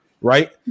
right